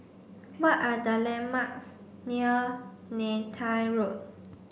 what are the landmarks near Neythal Road